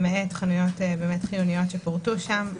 למעט חנויות חיוניות שפורטו שם,